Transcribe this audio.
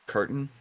Curtain